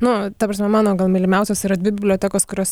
nu ta prasme mano gal mylimiausios yra dvi bibliotekos kurios